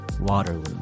Waterloo